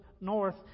north